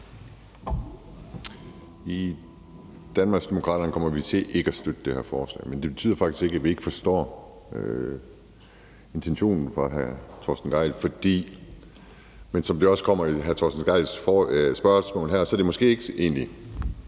I Danmarksdemokraterne kommer vi ikke til at støtte det her forslag. Men det betyder faktisk ikke, at vi ikke forstår intentionen fra hr. Torsten Gejls side. Som det også kommer i hr. Torsten Gejls spørgsmål her, er det måske ikke så